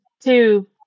two